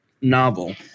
novel